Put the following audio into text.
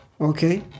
okay